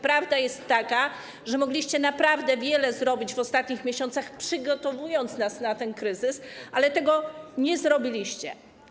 Prawda jest taka, że mogliście naprawdę wiele zrobić w ostatnich miesiącach, przygotowując nas na ten kryzys, ale tego nie zrobiliście.